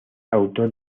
autor